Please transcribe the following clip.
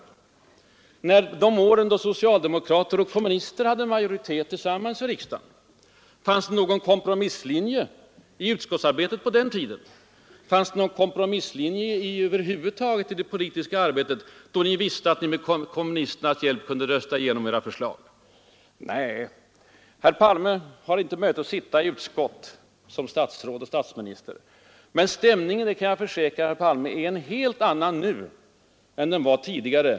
Fanns det någon kompromissvilja i utskottsarbetet under de år då socialdemokrater och kommunister tillsammans hade majoritet i riksdagen? Fanns det någon kompromissvilja över huvud taget i det politiska arbetet, då ni visste att ni med kommunisternas hjälp kunde rösta igenom era förslag? Nej! Herr Palme har som statsråd och statsminister inte möjlighet att sitta i utskott, men jag kan försäkra herr Palme att stämningen är en helt annan nu än den var tidigare.